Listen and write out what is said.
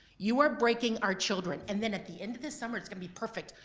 you are breaking our children and then at the end of the summer it's gonna be perfect.